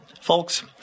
Folks